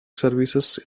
services